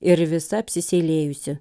ir visa apsiseilėjusi